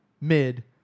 mid